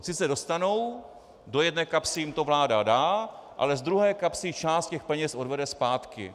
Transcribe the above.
Sice dostanou, do jedné kapsy jim to vláda dá, ale z druhé kapsy část těch peněz odvede zpátky.